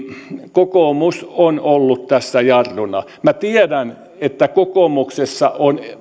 kokoomus on ollut tässä jarruna minä tiedän että kokoomuksessa on